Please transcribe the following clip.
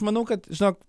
manau kad žinok